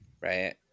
right